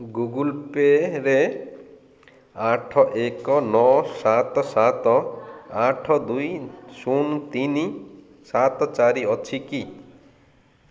Google ପେରେ ଆଠ ଏକ ନଅ ସାତ ସାତ ଆଠ ଦୁଇ ଶୂନ ତିନି ସାତ ଚାରି ଅଛି କି